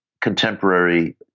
contemporary